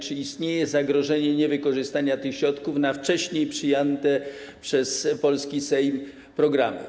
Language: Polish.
Czy istnieje zagrożenie niewykorzystania tych środków na wcześniej przyjęte przez polski Sejm programy?